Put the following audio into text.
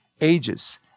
ages